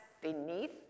beneath